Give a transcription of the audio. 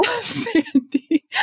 Sandy